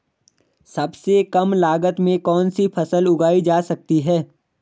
सबसे कम लागत में कौन सी फसल उगाई जा सकती है